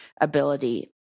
ability